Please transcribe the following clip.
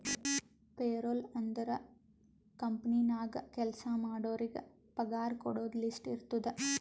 payroll ಅಂದುರ್ company ನಾಗ್ ಕೆಲ್ಸಾ ಮಾಡೋರಿಗ ಪಗಾರ ಕೊಡೋದು ಲಿಸ್ಟ್ ಇರ್ತುದ್